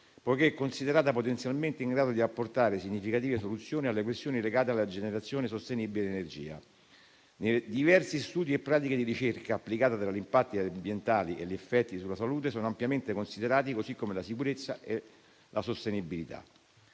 poiché è considerata potenzialmente in grado di apportare significative soluzioni alle questioni legate alla generazione sostenibile di energia. Diversi studi e pratiche di ricerca applicata sugli impatti ambientali e sugli effetti sulla salute sono ampiamente considerati, così come la sicurezza e la sostenibilità.